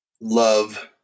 love